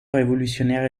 révolutionnaire